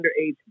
underage